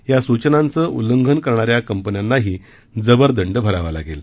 या सूचनांचे उल्लंघन करणाऱ्या कंपन्यांनाही जबर दंड भरावा लागेल